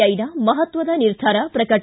ಐನ ಮಹತ್ವ ನಿರ್ಧಾರ ಪ್ರಕಟ